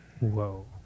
Whoa